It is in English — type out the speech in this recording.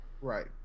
Right